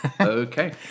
Okay